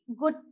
good